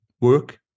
work